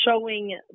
showing